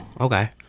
Okay